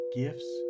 gifts